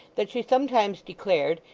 that she sometimes declared,